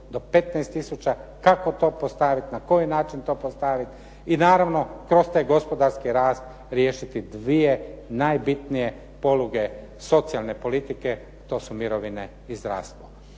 do 15000. Kako to postaviti? Na koji način to postaviti? I naravno kroz taj gospodarski rast riješiti dvije najbitnije poluge socijalne politike to su mirovine i zdravstvo.